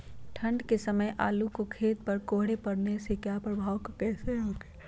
ठंढ के समय आलू के खेत पर कोहरे के प्रभाव को कैसे रोके?